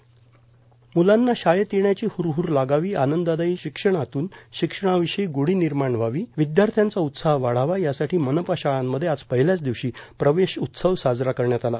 म्लांना शाळेत येण्याची हरहर लागावी आनंददायी शिक्षणातून शिक्षणाविषयी गोडी निर्माण व्हावी विद्यार्थ्यांचा उत्साह वाढावा यासाठी मनपा शाळांमध्ये आज पहिल्याच दिवशी प्रवेश उत्सव साजरा करण्यात आला